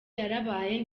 yarabaye